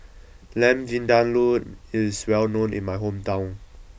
Lamb Vindaloo is well known in my hometown